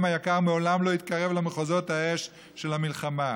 היקר מעולם לא התקרב למחוזות האש של המלחמה.